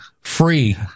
Free